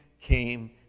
came